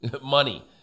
money